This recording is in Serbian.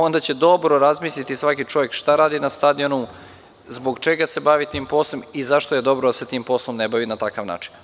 Onda će dobro razmisliti svaki čovek šta radi na stadionu, zbog čega se bavi tim poslom i zašto je dobro da se tim poslom ne bavi na takav način.